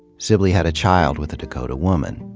sib ley had a child with a dakota woman.